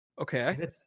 Okay